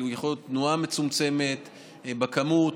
יכולת תנועה מצומצמת בכמות.